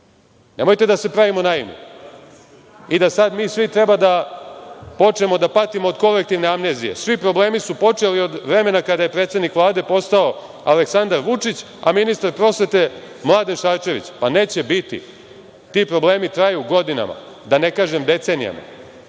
Nemojte da se pravimo naivni i da sad mi svi treba da počnemo da patimo od kolektivne amnezije. Svi problemi su počeli od vremena kada je predsednik Vlade postao Aleksandar Vučić, a ministar prosvete Mladen Šarčević. Pa, neće biti. Ti problemi traju godinama, da ne kažem decenijama.